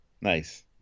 Nice